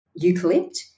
eucalypt